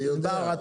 אני יודע.